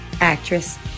actress